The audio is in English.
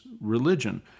religion